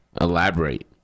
Elaborate